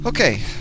Okay